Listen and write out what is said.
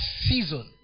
season